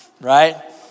right